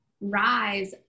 rise